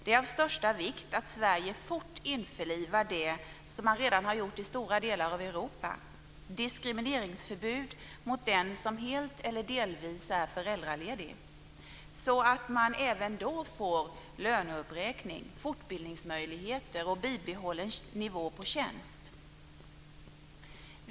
Det är av största vikt att Sverige fort införlivar det som man redan har i stora delar av Europa: förbud mot diskriminering av den som helt eller delvis är föräldraledig så att man även då får löneuppräkning, fortbildningsmöjligheter och bibehållen nivå på tjänst.